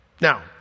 Now